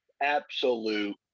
absolute